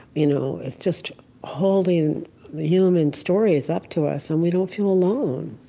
you know it's just holding the human stories up to us, and we don't feel alone.